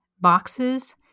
boxes